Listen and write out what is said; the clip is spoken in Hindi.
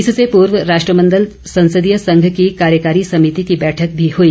इससे पूर्व राष्ट्रमंडल संसदीय संघ की कार्यकारी समिति की बैठक भी हुई